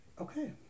Okay